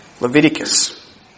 Leviticus